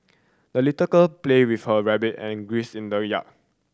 the little girl play with her rabbit and geese in the yard